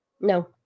No